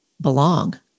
belong